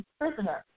prisoner